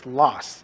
loss